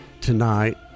tonight